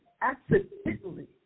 accidentally